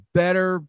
better